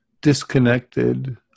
disconnected